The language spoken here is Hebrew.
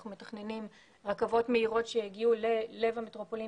אנחנו מתכננים רכבות מהירות שיגיעו ללב המטרופולין